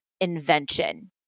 invention